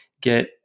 get